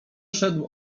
szedł